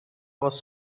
was